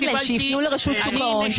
שיפנו לרשות שוק ההון.